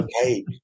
okay